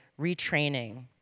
retraining